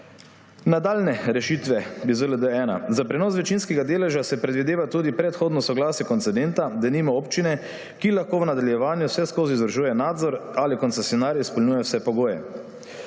Nadaljnje rešitve iz ZLD-1. Za prenos večinskega deleža se predvideva tudi predhodno soglasje koncedenta, denimo občine, ki lahko v nadaljevanju vseskozi vzdržuje nadzor, ali koncesionar izpolnjuje vse pogoje.